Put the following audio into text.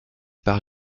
par